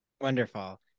Wonderful